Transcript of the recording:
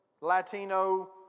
Latino